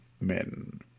men